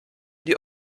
die